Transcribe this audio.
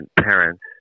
parents